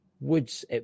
woods